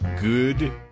good